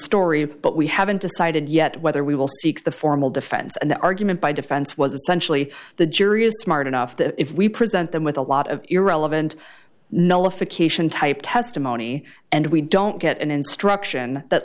story but we haven't decided yet whether we will seek the formal defense and the argument by defense was essentially the jury is smart enough that if we present them with a lot of irrelevant nullification type testimony and we don't get an instruction that